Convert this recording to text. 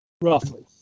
roughly